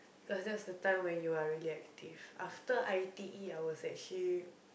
cause that's the time when you are really active after i_t_e I was actually